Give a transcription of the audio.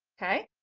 okay.